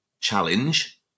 challenge